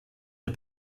der